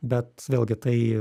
bet vėlgi tai